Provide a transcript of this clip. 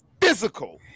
Physical